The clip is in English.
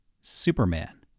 Superman